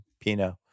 Pinot